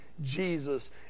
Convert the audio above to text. Jesus